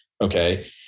Okay